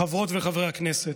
חברות וחברי הכנסת,